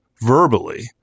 verbally